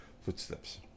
footsteps